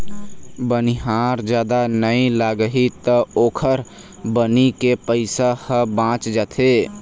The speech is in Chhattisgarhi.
बनिहार जादा नइ लागही त ओखर बनी के पइसा ह बाच जाथे